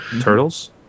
Turtles